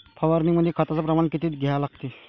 फवारनीमंदी खताचं प्रमान किती घ्या लागते?